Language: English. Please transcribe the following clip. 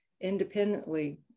independently